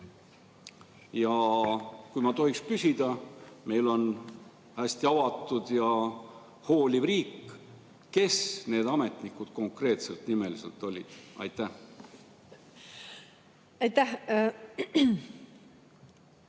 Ja kui ma tohiks küsida – meil on hästi avatud ja hooliv riik –, kes need ametnikud konkreetselt, nimeliselt olid? Tänan,